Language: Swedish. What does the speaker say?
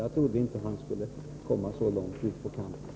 Jag trodde inte att han skulle komma så långt ut på kanten.